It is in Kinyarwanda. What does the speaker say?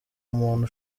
umuntu